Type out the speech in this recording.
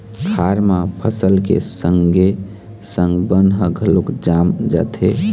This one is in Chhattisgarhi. खार म फसल के संगे संग बन ह घलोक जाम जाथे